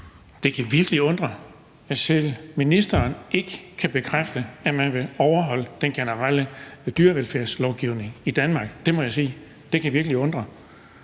Det kan virkelig undre, at ministeren ikke kan bekræfte, at man vil overholde den generelle dyrevelfærdslovgivning i Danmark. Det må jeg sige. Det kan virkelig undre.